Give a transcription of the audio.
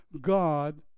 God